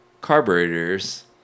carburetors